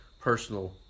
personal